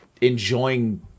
enjoying